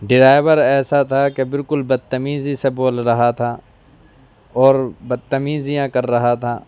driver ایسا تھا کہ بالکل بدتمیزی سے بول رہا تھا اور بدتمیزیاں کر رہا تھا